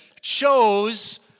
chose